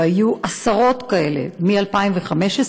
והיו עשרות כאלה מ-2015,